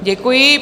Děkuji.